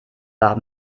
war